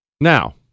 Now